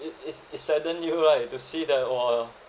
it is it sudden you right to see the !wah!